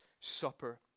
Supper